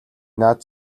наад